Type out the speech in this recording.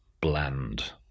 bland